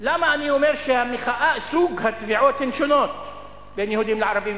למה אני אומר שסוג התביעות שונה בין יהודים וערבים,